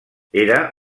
era